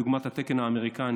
דוגמת התקן האמריקני,